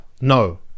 No